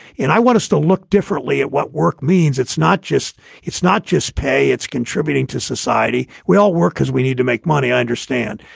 and i want us to look differently at what work means. it's not just it's not just pay. it's contributing to society. we all work because we need to make money, understand.